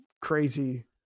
crazy